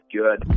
good